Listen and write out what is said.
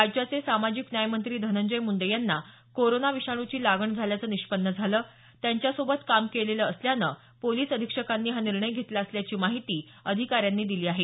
राज्याचे सामाजिक न्याय मंत्री धनंजय मुंडे यांना कोरोना विषाणूची लागण झाल्याचं निष्पन्न झालं आहे त्यांच्यासोबत काम केलेलं असल्यानं पोलिस अधिक्षकांनी हा निर्णय घेतला असल्याची माहिती अधिकाऱ्यांनी दिली आहे